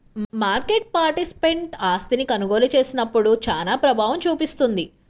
market participant ఆస్తిని కొనుగోలు చేసినప్పుడు చానా ప్రభావం చూపిస్తుంది